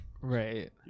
Right